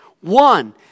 One